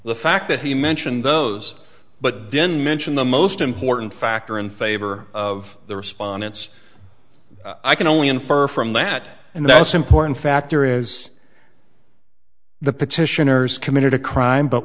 the fact that he mentioned those but didn't mention the most important factor in favor of the respondents i can only infer from that and that's important factor is the petitioners committed a crime but